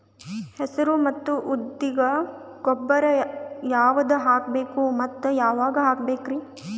ಹೆಸರು ಮತ್ತು ಉದ್ದಿಗ ಗೊಬ್ಬರ ಯಾವದ ಹಾಕಬೇಕ ಮತ್ತ ಯಾವಾಗ ಹಾಕಬೇಕರಿ?